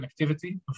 connectivity